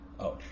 Ouch